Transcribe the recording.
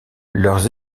leurs